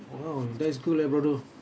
!wow! that's cool leh brother